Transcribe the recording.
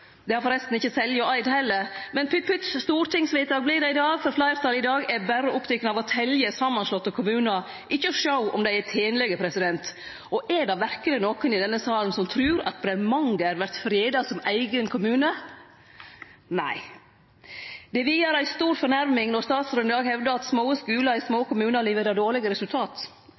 Det har forresten ikkje Selje og Eid heller, men pytt, pytt – stortingsvedtak vert det i dag, for fleirtalet i dag er berre opptekne av å telje samanslåtte kommunar, ikkje å sjå om dei er tenlege. Og er det verkeleg nokon i denne salen som trur at Bremanger vert freda som eigen kommune? Nei! Det er vidare ei stor fornærming når statsråden i dag hevdar at små skular i små kommunar leverer dårlege resultat.